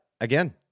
Again